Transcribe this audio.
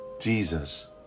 Jesus